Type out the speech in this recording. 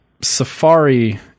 safari